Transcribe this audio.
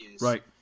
Right